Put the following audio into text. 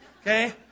Okay